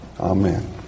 Amen